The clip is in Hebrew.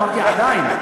אמרתי עדיין.